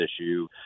issue